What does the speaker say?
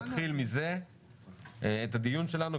נתחיל את הדיון שלנו בזה.